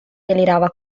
delirava